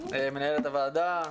מנהלת הוועדה,